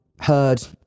heard